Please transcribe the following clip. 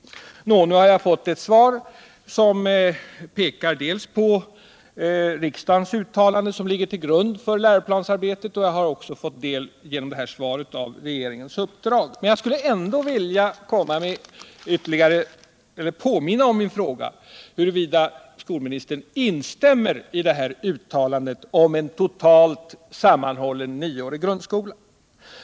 Nå, jag har fått ett svar, som pekar på riksdagens uttalande som ligger till grund för läroplansarbetet. Jag har genom detta svar också fått del av regeringens uppdrag. Men jag skulle ändå vilja påminna om min fråga huruvida skolministern instämmer i uttalandet om en totalt sammanhållen nioårig grundskola.